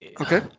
Okay